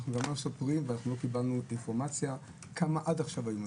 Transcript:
אנחנו לא קיבלנו את האינפורמציה כמה מבודדים היו עד עכשיו.